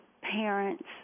parents